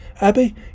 Abby